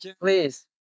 please